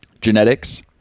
genetics